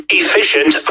efficient